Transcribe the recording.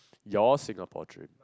your Singapore dream